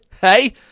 hey